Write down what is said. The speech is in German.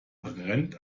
brennt